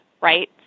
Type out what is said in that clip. right